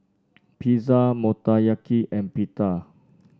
Pizza Motoyaki and Pita